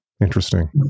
Interesting